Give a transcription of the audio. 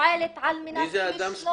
ופועלת --- יש לך שם של אותו אדם?